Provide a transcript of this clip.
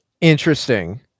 Interesting